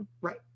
Right